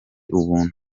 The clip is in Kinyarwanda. ubuntu